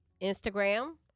Instagram